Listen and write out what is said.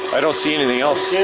i don't see anything else.